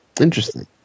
Interesting